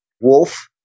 wolf